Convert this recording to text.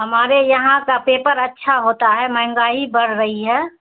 ہمارے یہاں کا پیپر اچھا ہوتا ہے مہنگائی بڑھ رہی ہے